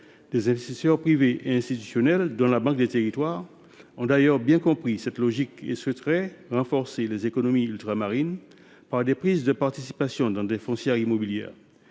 Des investisseurs privés et institutionnels, dont la Banque des territoires, ont d’ailleurs bien compris cette logique et souhaiteraient renforcer les économies ultramarines par des prises de participation dans des foncières immobilières.